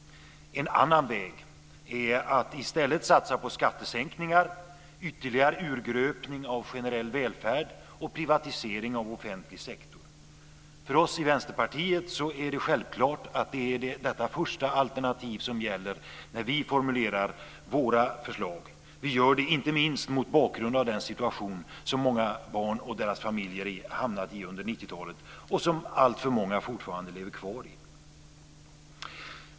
En annan väg är att i stället satsa på skattesänkningar, ytterligare urgröpning av generell välfärd och privatisering av offentlig sektor. För oss i Vänsterpartiet är det självklart att det är detta första alternativ som gäller när vi formulerar våra förslag. Vi gör det inte minst mot bakgrund av den situation som många barn och deras familjer hamnat i under 90-talet och som alltför många fortfarande lever kvar i.